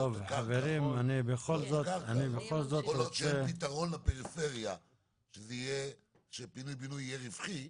כל עוד שאין פתרון לפריפריה שפינוי-בינוי יהיה רווחי,